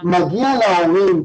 מגיע להורים,